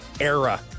era